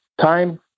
time